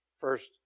First